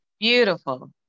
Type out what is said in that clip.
beautiful